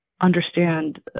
understand